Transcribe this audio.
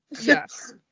yes